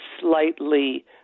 slightly